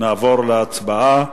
נעבור להצבעה